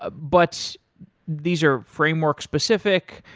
ah but these are framework specific.